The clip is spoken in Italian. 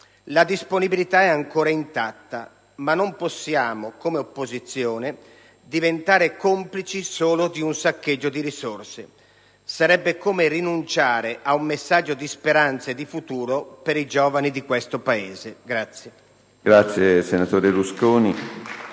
La disponibilità è ancora intatta, ma non possiamo come opposizione diventare complici solo di un saccheggio di risorse. Sarebbe come rinunciare ad un messaggio di speranza e di futuro per i giovani di questo Paese.